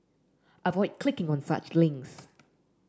avoid clicking on such links